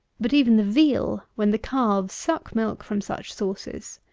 but even the veal, when the calves suck milk from such sources.